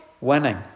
winning